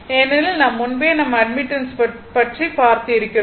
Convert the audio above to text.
ஏனெனில் முன்பே நாம் அட்மிட்டன்ஸ் பற்றி பார்த்து இருக்கிறோம்